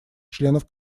членов